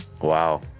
wow